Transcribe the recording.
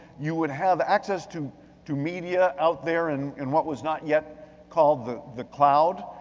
you would have access to to media out there and in what was not yet called the the cloud,